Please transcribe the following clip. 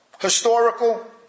Historical